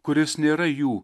kuris nėra jų